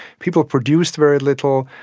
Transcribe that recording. people produced very little,